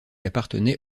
appartenait